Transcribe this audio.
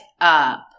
up